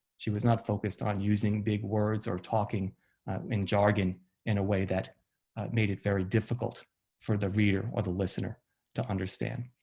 she was not focused on using big words or talking in jargon in a way that made it very difficult for the reader or the listener to understand.